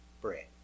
bread